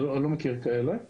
אני לא מכיר כאלה,